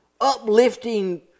uplifting